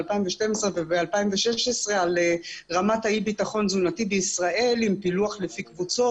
ב-2012 וב-2016 על רמת אי הבטחון התזונתי בישראל עם פילוח לפי קבוצות.